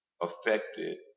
affected